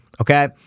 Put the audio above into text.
okay